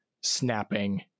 snapping